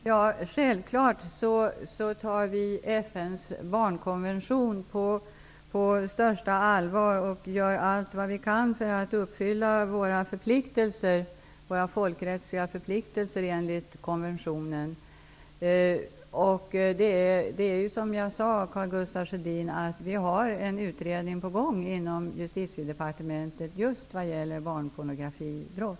Herr talman! Självfallet tar vi FN:s barnkonvention på största allvar och gör allt vad vi kan för att uppfylla våra folkrättsliga förpliktelser enligt konventionen. Som jag sade, Karl Gustaf Sjödin, har vi en utredning på gång inom Justitiedepartementet när det gäller just barnpornografibrott.